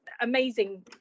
amazing